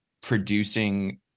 producing